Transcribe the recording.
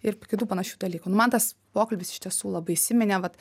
ir kitų panašių dalykų man tas pokalbis iš tiesų labai įsiminė vat